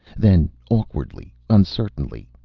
then, awkwardly, uncertainly,